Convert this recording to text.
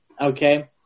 okay